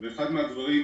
אחד הדברים,